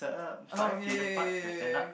oh ya ya ya ya ya ya ya